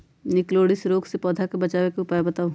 निककरोलीसिस रोग से पौधा के बचाव के उपाय बताऊ?